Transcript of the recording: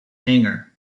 hangar